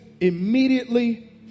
immediately